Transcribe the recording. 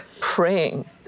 praying